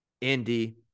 Indy